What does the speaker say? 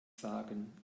sagen